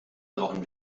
brauchen